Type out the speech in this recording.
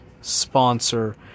sponsor